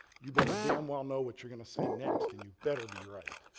you better damn well know what you're going to say next and you better be right,